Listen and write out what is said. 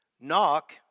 Knock